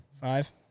Five